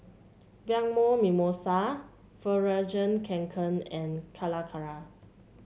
Bianco Mimosa Fjallraven Kanken and Calacara